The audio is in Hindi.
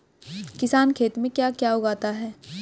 किसान खेत में क्या क्या उगाता है?